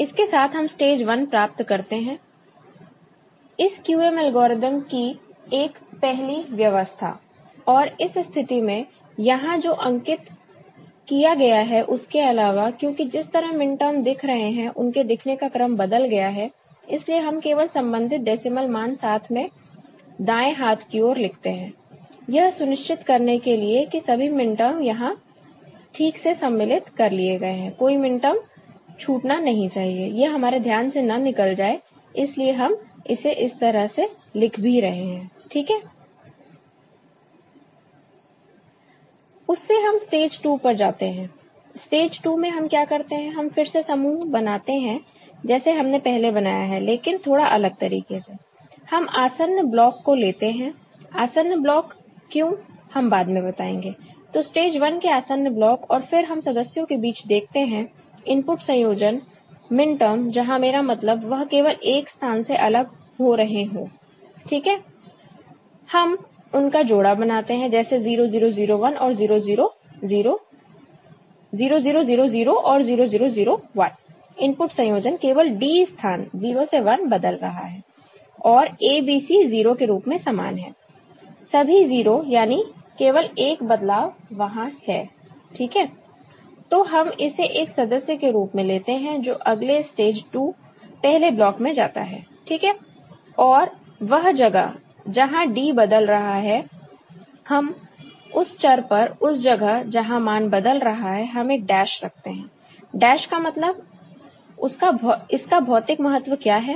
इसके साथ हम स्टेज 1 प्राप्त करते हैं इस QM एल्गोरिदम की एक पहली व्यवस्था और इस स्थिति में यहां जो अंकित किया गया है उसके अलावा क्योंकि जिस तरह मिनटर्म दिख रहे हैं उनके दिखने का क्रम बदल गया है इसलिए हम केवल संबंधित डेसिमल मान साथ में दाएं हाथ की ओर लिखते हैं यह सुनिश्चित करने के लिए की सभी मिनटर्म यहां ठीक से सम्मिलित कर लिए गए हैं कोई मिनटर्म छूटना नहीं चाहिए यह हमारे ध्यान से ना निकल जाए इसलिए हम इसे इस तरह से लिख भी रहे हैं ठीक है उससे हम स्टेज 2 पर जाते हैं स्टेज 2 में हम क्या करते हैं हम फिर से समूह बनाते हैं जैसे हमने पहले बनाया है लेकिन थोड़ा अलग तरीके से हम आसन्न ब्लॉक को लेते हैं आसन्न ब्लॉक क्यों हम बाद में बताएंगे तो स्टेज 1 के आसन्न ब्लॉक और फिर हम सदस्यों के बीच देखते हैं इनपुट संयोजन मिनटर्म जहां मेरा मतलब वह केवल एक स्थान से अलग हो रहे हो ठीक है हम उनका जोड़ा बनाते हैं जैसे 0 0 0 0 और 0 0 0 1 इनपुट संयोजन केवल D स्थान 0 से 1 बदल रहा है और A B C 0 के रूप में समान है सभी 0 यानी केवल एक बदलाव वहां है ठीक है तो हम इसे एक सदस्य के रूप में लेते हैं जो अगले स्टेज 2 पहले ब्लॉक में जाता है ठीक है और वह जगह जहां D बदल रहा है हम उस चर पर उस जगह जहां मान बदल रहा है हम एक डैश रखते हैं डैश का मतलब इसका भौतिक महत्व क्या है